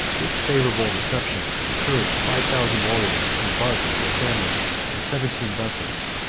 this favorable reception encouraged five thousand warriors to embark with their families in seventeen vessels,